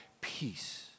peace